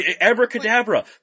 Abracadabra